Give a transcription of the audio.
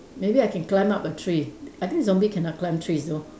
maybe I can climb up a tree I think zombie cannot climb trees though